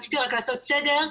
רציתי רק לעשות סדר.